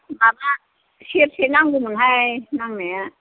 माबा सेरसे नांगौमोनहाय नांनाया